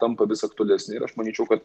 tampa vis aktualesni ir aš manyčiau kad